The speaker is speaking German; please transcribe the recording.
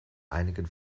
einigen